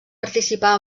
participà